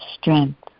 strength